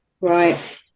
right